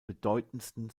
bedeutendsten